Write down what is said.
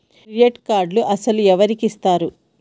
Credit కార్డులు అసలు ఎవరికి ఇస్తారు?